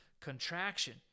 contraction